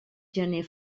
gener